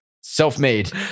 Self-made